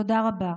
תודה רבה.